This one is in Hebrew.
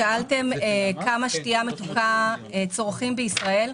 שאלתם כמה שתייה מתוקה צורכים בישראל.